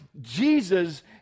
Jesus